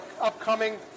upcoming